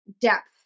depth